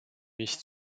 mich